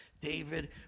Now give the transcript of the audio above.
David